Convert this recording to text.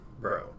bro